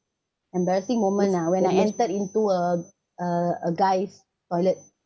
embarrassing moment ah when I entered into a uh uh guys toilet